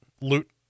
Loot